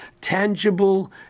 tangible